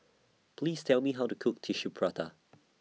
Please Tell Me How to Cook Tissue Prata